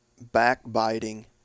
backbiting